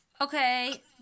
Okay